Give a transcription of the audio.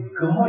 God